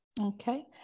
okay